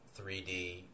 3D